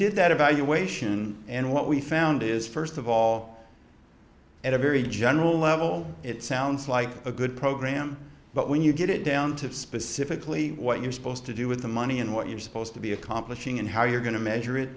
did that evaluation and what we found is first of all at a very general level it sounds like a good program but when you get it down to specifically what you're supposed to do with the money and what you're supposed to be accomplishing and how you're going to measure it